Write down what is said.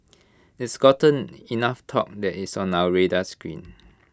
it's gotten enough talk that it's on our radar screen